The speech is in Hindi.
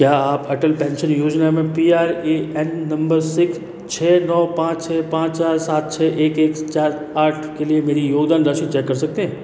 क्या आप अटल पेंशन योजना में P R A N number six छः नौ पाँच छः पाँच चार सात छः एक एक चार आठ के लिए मेरी योगदान राशि चेक कर सकते हैं